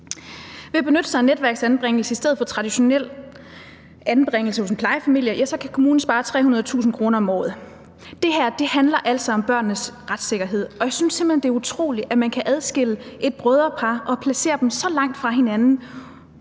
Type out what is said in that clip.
Ved at benytte sig af en netværksanbringelse i stedet for traditionel anbringelse hos en plejefamilie kan kommunen spare 300.000 kr. om året. Det her handler altså om børnenes retssikkerhed, og jeg synes simpelt hen, det er utroligt, at man kan adskille et brødrepar og placere dem så langt fra hinanden,